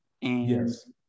Yes